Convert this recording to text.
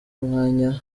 umwanya